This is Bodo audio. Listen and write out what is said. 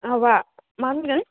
माबा मा होनदों